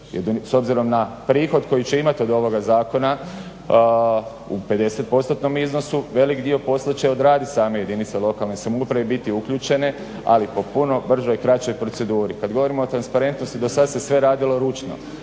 S obzirom na prihod koji će imati od ovoga zakona u 50%-nom iznosu velik dio posla će odraditi same jedinice lokalne samouprave i biti uključene, ali po puno bržoj i kraćoj proceduri. Kad govorimo o transparentnosti, dosada se sve radilo ručno.